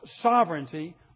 sovereignty